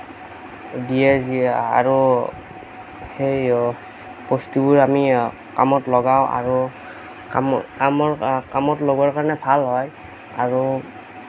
দিয়ে যি আৰু সেই বস্তুবোৰ আমি কামত লগাওঁ আৰু কামত লগোৱাৰ কাৰণে ভাল হয় আৰু